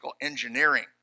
Engineering